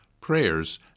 prayers